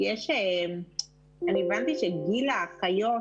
הבנתי שמבחינת גיל האחיות,